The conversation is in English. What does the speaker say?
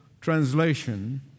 translation